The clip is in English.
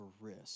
risk